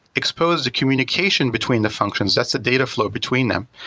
expose the communication between the functions. that's the data flow between them,